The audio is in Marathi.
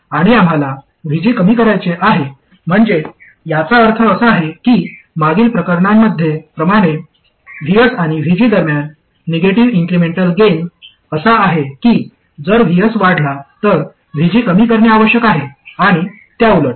आणि आम्हाला VG कमी करायचे आहे म्हणजे याचा अर्थ असा आहे की मागील प्रकरणांप्रमाणे Vs आणि VG दरम्यान निगेटिव्ह इन्क्रिमेंटल गेन असा आहे की जर Vs वाढला तर VG कमी करणे आवश्यक आहे आणि त्याउलट